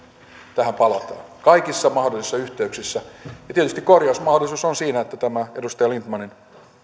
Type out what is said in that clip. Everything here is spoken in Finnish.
tähän palataan kaikissa mahdollisissa yhteyksissä tietysti korjausmahdollisuus on siinä että tämä edustaja lindtmanin